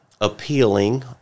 appealing